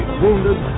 wounded